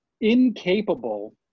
incapable